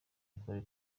ecole